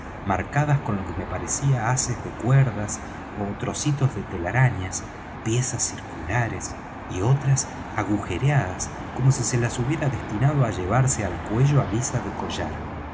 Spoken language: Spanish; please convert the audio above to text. marcadas con lo que me parecía haces de cuerdas ó trocitos de telarañas piezas circulares y otras agujereadas como si se las hubiera destinado á llevarse al cuello á guisa de collar